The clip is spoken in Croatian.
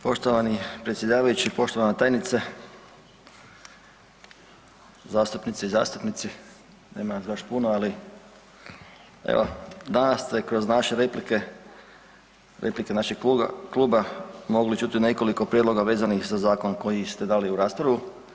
Poštovani predsjedavajući, poštovana tajnice, zastupnice i zastupnici nema nas baš puno ali evo danas ste kroz naše replike, replike našeg kluba mogli čuti nekoliko prijedloga vezanih za zakon koji ste dali u raspravu.